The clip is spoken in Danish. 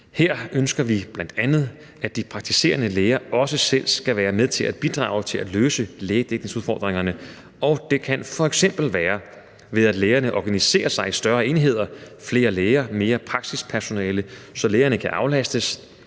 Her ønsker vi bl.a., at de praktiserende læger også selv skal være med til at bidrage til at løse lægedækningsudfordringerne, og det kan f.eks. være, ved at lægerne organiserer sig i større enheder, flere læger, mere praksispersonale, så lægerne kan aflastes,